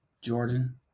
Jordan